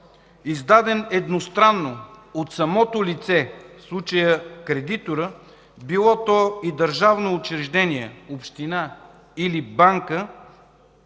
издаден едностранно от самото лице, в случая кредиторът – било то и държавно учреждение, община или банка,